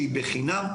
שהיא בחינם,